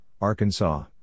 Arkansas